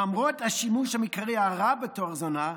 למרות השימוש המקראי הרב בתואר "זונה",